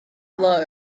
low